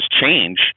change